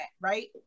right